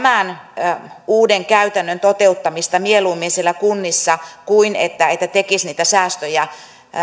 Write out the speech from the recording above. tämän uuden käytännön toteuttamista siellä kunnissa kuin tekisi niitä säästöjä